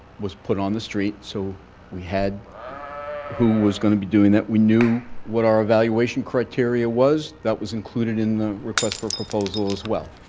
was put on the street. so we had who was going to be doing that. we knew what our evaluation criteria was. that was included in the request for proposals as well.